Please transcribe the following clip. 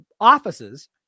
offices